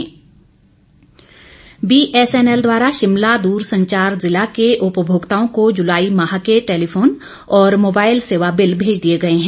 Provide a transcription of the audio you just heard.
BSNL BSNL द्वारा शिमला दूरसंचार जिला के उपभोक्ताओं को जुलाई माह के टेलीफोन और मोबाईल सेवा बिल भेज दिए गए हैं